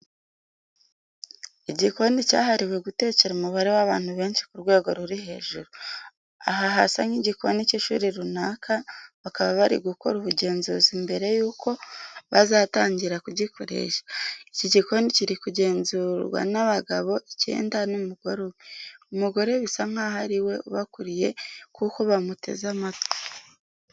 Igikoni cyahariwe gutekera umubare w'abantu benshi ku rwego ruri hejuru. Aha hasa nk'igikoni cy'ishuri runaka, bakaba bari gukora ubugenzuzi mbere yuko bazatangira kugikoresha. Iki gikoni kiri kugenzurwa n'abagabo icyenda n'umugore umwe, umugore bisa nkaho ari we ubakuriye kuko bamuteze amatwi.